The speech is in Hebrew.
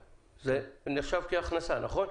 זה נחשב כהכנסה, נכון?